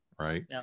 Right